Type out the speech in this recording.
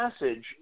message